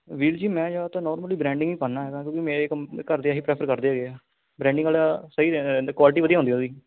ਵੀਰ ਜੀ ਮੈਂ ਜ਼ਿਆਦਾਤਰ ਨੋਰਮਲੀ ਬਰੈਂਡਿੰਗ ਹੀ ਪਾਉਂਦਾ ਹੈਗਾ ਕਿਉਂਕਿ ਮੇਰੇ ਕਮ ਘਰਦੇ ਆਹੀ ਪ੍ਰੈਫਰ ਕਰਦੇ ਹੈਗੇ ਆ ਬਰੈਂਡਿੰਗ ਵਾਲਾ ਸਹੀ ਰੈ ਕੁਆਲਟੀ ਵਧੀਆ ਹੁੰਦੀ ਉਹਦੀ